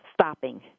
stopping